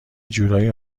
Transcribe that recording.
جورایی